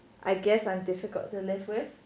I guess I'm difficult to live with